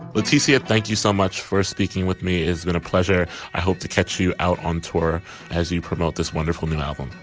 it's easy. thank you so much for speaking with me. it's going to pleasure. i hope to catch you out on tour as you promote this wonderful new album.